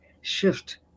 shift